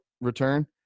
return